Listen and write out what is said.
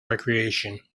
recreation